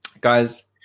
Guys